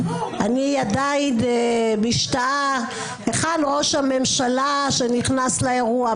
אני עדיין משתאה היכן ראש הממשלה שנכנס לאירוע.